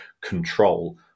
control